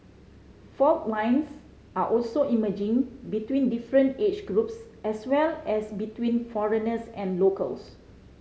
fault lines are also emerging between different age groups as well as between foreigners and locals